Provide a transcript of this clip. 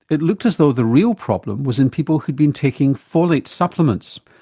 it looked as though the real problem was in people who'd been taking folate supplements.